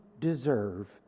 deserve